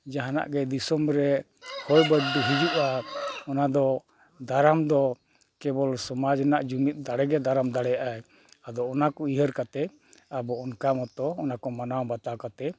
ᱡᱟᱦᱟᱱᱟᱜ ᱜᱮ ᱫᱤᱥᱚᱢ ᱨᱮ ᱦᱚᱭ ᱵᱟᱹᱨᱰᱩ ᱦᱤᱡᱩᱜᱼᱟ ᱚᱱᱟ ᱫᱚ ᱫᱟᱨᱟᱢ ᱫᱚ ᱠᱮᱵᱚᱞ ᱥᱚᱢᱟᱡᱽ ᱨᱮᱱᱟᱜ ᱡᱩᱢᱤᱫ ᱫᱟᱲᱮ ᱜᱮ ᱫᱟᱨᱟᱢ ᱫᱟᱲᱮᱭᱟᱜᱼᱟᱭ ᱟᱫᱚ ᱚᱱᱟ ᱠᱚ ᱩᱭᱦᱟᱹᱨ ᱠᱟᱛᱮᱫ ᱟᱵᱚ ᱚᱱᱠᱟ ᱢᱚᱛᱚ ᱚᱱᱟ ᱠᱚ ᱢᱟᱱᱟᱣ ᱵᱟᱛᱟᱣ ᱠᱟᱛᱮᱫ